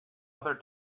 other